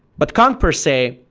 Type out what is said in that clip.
but kong per se,